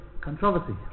controversy